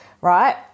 Right